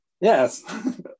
Yes